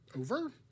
over